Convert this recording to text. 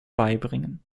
beibringen